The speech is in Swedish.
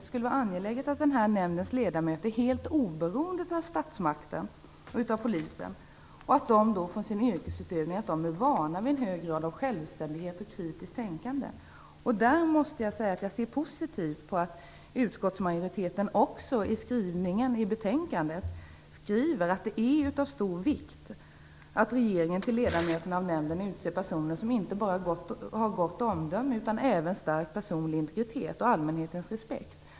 Det är angeläget att nämndens ledamöter är helt oberoende av statsmakten och polisen och att de i sin yrkesutövning är vana vid en hög grad av självständighet och kritiskt tänkande. Där ser jag positivt på att utskottsmajoriteten i betänkandet skriver att det är av stor vikt att regeringen till ledamöter av nämnden utser personer som inte bara har gott omdöme utan som även har stark personlig integritet och åtnjuter allmänhetens respekt.